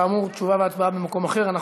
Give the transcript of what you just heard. כאמור, תשובה והצבעה במועד אחר.